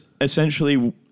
essentially